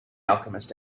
alchemist